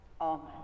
Amen